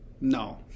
no